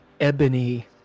ebony